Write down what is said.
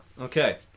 Okay